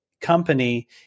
company